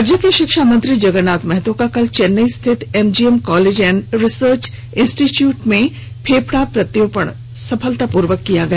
राज्य के शिक्षा मंत्री जगरनाथ महतो का कल चेन्नई स्थित MGM college and research institute में फेफडा प्रत्यारोपण सफलता पूर्वक किया गया